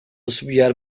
assobiar